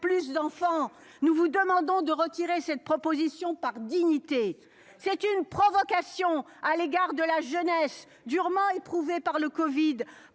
plus d'enfants. Nous vous demandons de retirer cette proposition par dignité. C'est une provocation à l'égard de la jeunesse. Durement éprouvés par le Covid